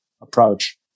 approach